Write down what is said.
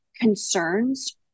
concerns